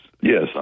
yes